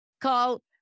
Call